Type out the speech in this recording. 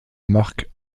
marque